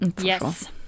Yes